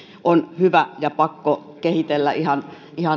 on hyvä ja pakko kehitellä ihan